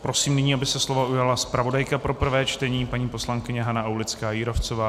Prosím nyní, aby se slova ujala zpravodajka pro prvé čtení paní poslankyně Hana Aulická Jírovcová.